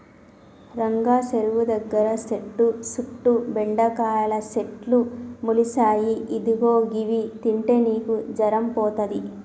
రంగా సెరువు దగ్గర సెట్టు సుట్టు బెండకాయల సెట్లు మొలిసాయి ఇదిగో గివి తింటే నీకు జరం పోతది